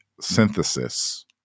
Synthesis